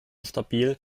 stabil